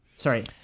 Sorry